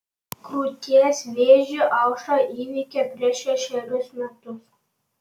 krūties vėžį aušra įveikė prieš šešerius metus